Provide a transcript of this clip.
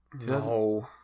no